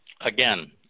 again